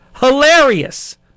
Hilarious